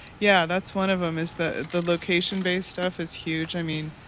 yeah that's one of them, is the the location based stuff is huge, i mean,